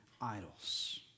idols